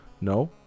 No